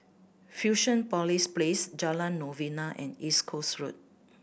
Fusionopolis Place Jalan Novena and East Coast Road